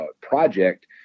project